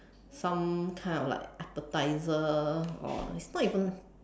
some kind of like appetizer or like it's not even